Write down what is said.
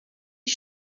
die